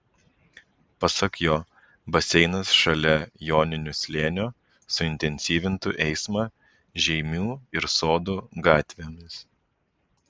pasak jo baseinas šalia joninių slėnio suintensyvintų eismą žeimių ir sodų gatvėmis